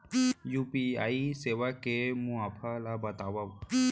UPI सेवा के मुनाफा ल बतावव?